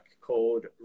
called